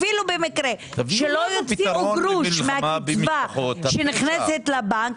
אפילו במקרה שלא יוציאו גרוש מהקצבה שנכנסת לבנק,